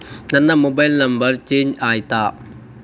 ನನ್ನ mobile number change ಆಯ್ತಾ?